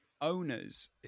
owners